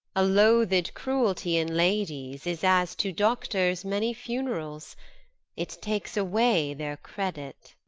a loathed cruelty in ladies is as to doctors many funerals it takes away their credit.